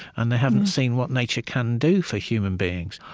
and they haven't seen what nature can do for human beings.